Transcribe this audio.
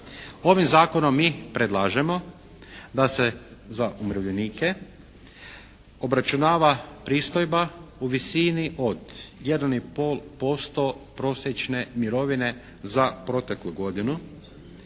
Ovim zakonom mi predlažemo da se za umirovljenike obračunava pristojba u visini od jedan i pol posto prosječne mirovine za proteklu godinu,